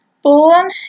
Born